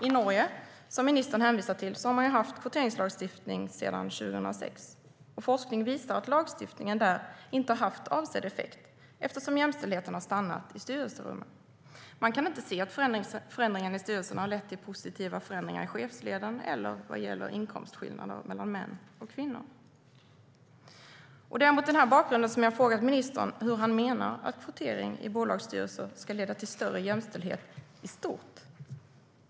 I Norge, som ministern hänvisar till, har man haft kvoteringslagstiftning sedan år 2006. Forskning visar att lagstiftningen där inte har haft avsedd effekt, eftersom jämställdheten har stannat i styrelserummen. Man kan inte se att förändringen i styrelserna har lett till positiva förändringar i chefsleden eller vad gäller inkomstskillnader mellan män och kvinnor. Det är mot den bakgrunden jag har frågat ministern hur han menar att kvotering i bolagsstyrelser ska leda till större jämställdhet i stort.